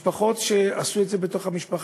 בני משפחות שעשו את זה ותרמו בתוך המשפחה,